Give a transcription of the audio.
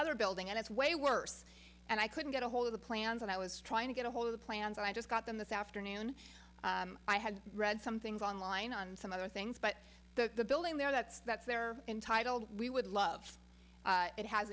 other building and it's way worse and i couldn't get a hold of the plans and i was trying to get a hold of the plans and i just got them this afternoon i had read some things online on some other things but the building there that's that's they're entitled we would love it has